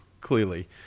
clearly